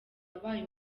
wabaye